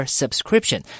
subscription